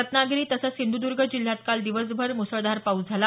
रत्नागिरी तसंच सिंधुदूर्ग जिल्ह्यात काल दिवसभर मुसळधार पाऊस झाला